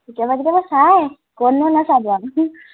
কেতিয়াবা কেতিয়াবা চায়